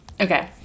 okay